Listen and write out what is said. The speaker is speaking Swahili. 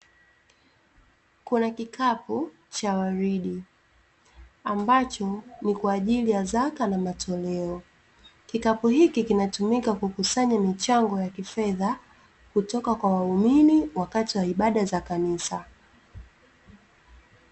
Kuna kikapu cha waridi ambacho ni kwa ajili ya zaka na matoleo, kikapu hiki kinatumika kukusanya michango ya kifedha kutoka kwa waumini wakati wa ibada za kanisa .